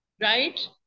right